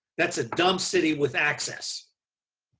that's a dumb city with access.